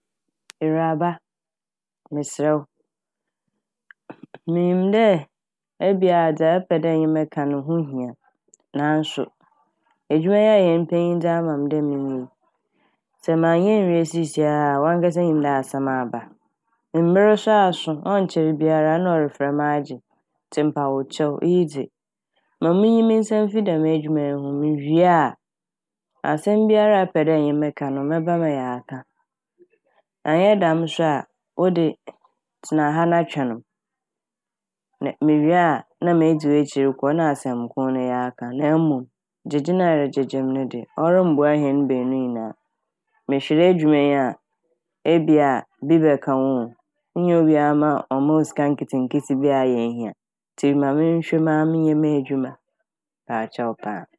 Ewuraba! Meserɛ wo minyim dɛ ebi a dza epɛ dɛ enye me ka no ho hia naaso edwuma yi a hɛn panyin yi dze amam dɛ menyɛ yi sɛ mannyɛ ennwie sisiara a wankasa nyim dɛ asɛm aba. Mber so aso ɔnnkyɛr biara na ɔrefrɛ me agye ntsi mepa wo kyɛw ma minyi me nsa mfi dɛm edwuma yi ho mewie a asɛm biara a epɛ dɛ enye me ka no mɛba ma yɛaka. Annyɛ dɛm so a wode tsena ha na twɛn ne m' na mewie a na medzi w'ekyir kɔ na asɛm kor no yɛaka. Na mom gyegye no a eregyegye me ne de ɔmmboa hɛn beenu ne nyinaa. Mehwer edwuma yi a ebi a ibi bɛka wo oo, innya obiara ma ɔmma wo sika nketseketse biara a eyɛ a ihia ntsi ma menhwɛ mu a na menyɛ m'edwuma mepaa kyɛw paaa.